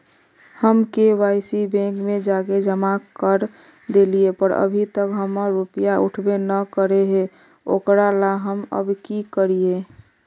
हम KYC bank में जाके जमा कर देलिए पर अभी तक हमर रुपया उठबे न करे है ओकरा ला हम अब की करिए?